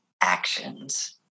actions